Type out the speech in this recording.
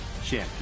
champion